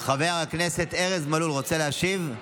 חבר הכנסת ארז מלול, רוצה להשיב?